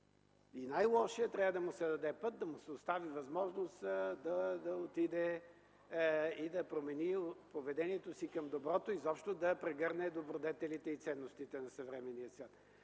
на най-лошия трябва да му се даде път, да му се остави възможност да отиде и промени поведението си към доброто, изобщо да прегърне добродетелите и ценностите на съвременния свят,